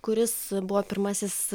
kuris buvo pirmasis